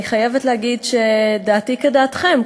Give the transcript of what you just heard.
אני חייבת להגיד שדעתי כדעתכם,